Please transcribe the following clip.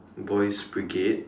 boys brigade